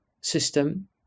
system